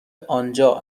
آنجا